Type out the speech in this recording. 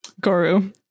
Guru